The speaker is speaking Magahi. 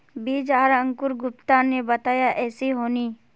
बीज आर अंकूर गुप्ता ने बताया ऐसी होनी?